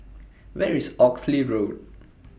Where IS Oxley Road